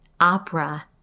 Opera